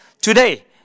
today